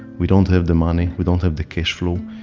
we don't have the money, we don't have the cash flow,